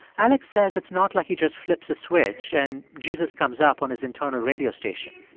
alex says it's not like he just flips a switch and jesus comes up on his internal radio station.